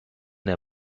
der